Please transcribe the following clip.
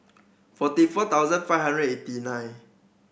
forty four thousand five hundred and eighty nine